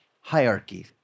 hierarchy